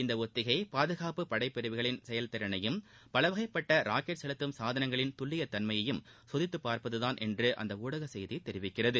இந்த ஒத்திகை பாதுகாப்பு படைபிரிவிகளின் செயல்திறனையும் பலவகைப்பட்ட ராக்கெட் செலுத்தும் சாதனங்களின் துல்லிய தன்மையையும் சோதித்து பார்ப்பதுதான் என்று அந்த ஊடக செய்தி தெரிவிக்கிறது